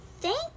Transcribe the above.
thank